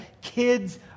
kids